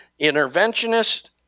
interventionist